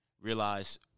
realize